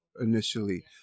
initially